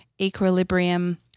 equilibrium